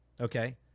Okay